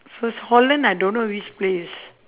first holland I don't know which place